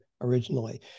originally